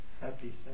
happy